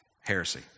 heresy